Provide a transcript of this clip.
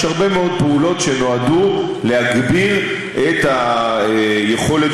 יש הרבה מאוד פעולות שנועדו להגביר את היכולת